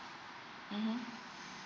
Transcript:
mmhmm